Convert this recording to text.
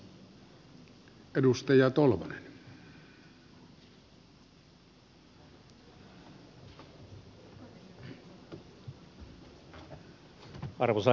arvoisa herra puhemies